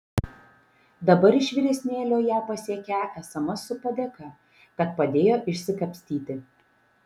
dabar iš vyresnėlio ją pasiekią sms su padėka kad padėjo išsikapstyti